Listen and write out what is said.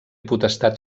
potestat